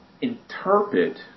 interpret